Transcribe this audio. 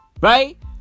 Right